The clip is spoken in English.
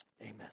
amen